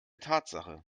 tatsache